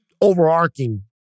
overarching